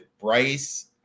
Bryce